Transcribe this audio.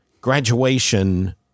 graduation